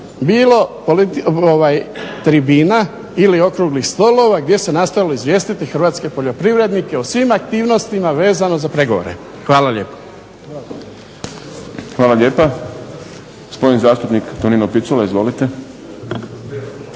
bilo tribina ili okruglih stolova gdje se nastojalo izvijestiti hrvatske poljoprivrednike o svim aktivnostima vezano za pregovore. Hvala lijepo. **Šprem, Boris (SDP)** Hvala lijepa. Gospodin zastupnik Tonino Picula, izvolite.